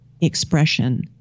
expression